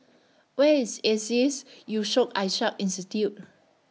Where IS ISEAS Yusof Ishak Institute